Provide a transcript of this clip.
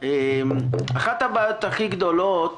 אחת הבעיות הכי גדולות